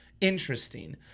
interesting